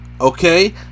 Okay